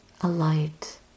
alight